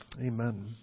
amen